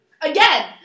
Again